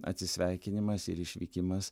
atsisveikinimas ir išvykimas